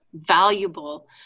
valuable